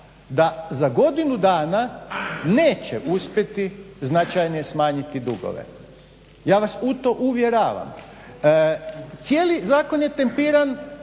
da za godinu dana neće uspjeti značajnije smanjiti dugove. Ja vas u to uvjeravam. Cijeli zakon je tempiran